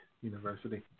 university